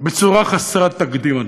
בצורה חסרת תקדים,